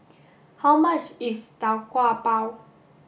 how much is Tau Kwa Pau